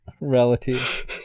relative